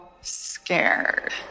scared